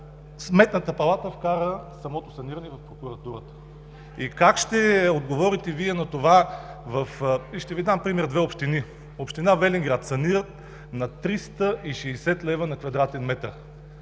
Сметната палата вкара самото саниране в Прокуратурата и как ще отговорите Вие на това? И ще Ви дам пример с две общини: в община Велинград санират на 360 лв. на кв. м,